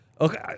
Okay